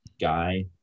Guy